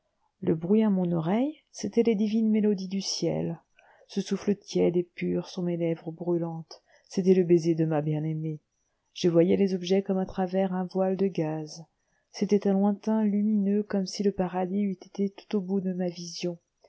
le bruit à mon oreille c'étaient les divines mélodies du ciel ce souffle tiède et pur sur mes lèvres brûlantes c'était le baiser de ma bien-aimée je voyais les objets comme à travers un voile de gaze c'était un lointain lumineux comme si le paradis eût été tout au bout de ma vision